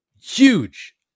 Huge